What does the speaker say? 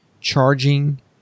charging